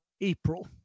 April